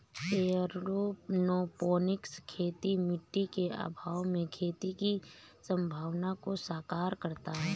aeroponics खेती मिट्टी के अभाव में खेती की संभावना को साकार करता है